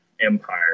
empire